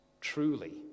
truly